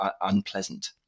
unpleasant